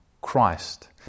Christ